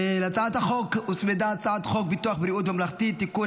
להצעת החוק הוצמדה הצעת חוק ביטוח בריאות ממלכתי (תיקון,